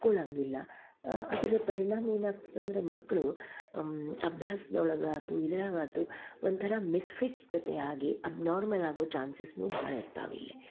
ಒಪ್ಕೊಳಂಗಿಲ್ಲ ಅದರ ಪರಿಣಾಮ ಏನಾಗ್ತದೆ ಅಂದ್ರೆ ಮಕ್ಕಳು ಅಭ್ಯಾಸ್ದೊಳಗ ಆತು ಇದ್ರಾಗಾತು ಒಂಥರ ಮಿಸ್ ಫಿಟ್ಸ್ ಕತೆ ಆಗಿ ಅಬ್ನಾರ್ಮಲ್ ಆಗುವ ಚ್ಯಾನ್ಸಸ್ನು ಬಹಳ ಇರ್ತಾವ ಇಲ್ಲಿ